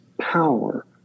power